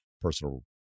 personal